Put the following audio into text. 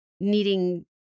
needing